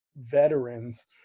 veterans